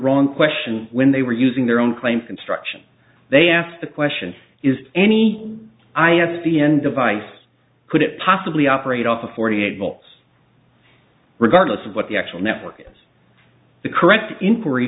wrong question when they were using their own claim construction they asked the question is any i s d n device could it possibly operate off of forty eight volts regardless of what the actual network is the correct inquiry